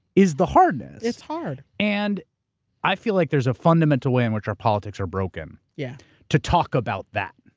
is the hardness. it's hard. and i feel like there's a fundamental way in which our politics are broken yeah to talk about that.